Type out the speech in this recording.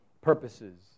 purposes